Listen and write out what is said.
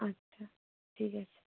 আচ্ছা ঠিক আছে